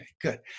good